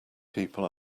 people